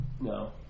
No